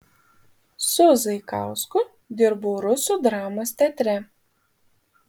su zaikausku dirbau rusų dramos teatre